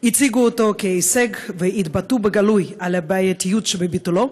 הציגו אותו כהישג והתבטאו בגלוי על הבעייתיות שבביטולו,